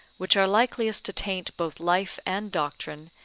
which are likeliest to taint both life and doctrine,